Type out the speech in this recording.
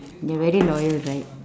they are very loyal right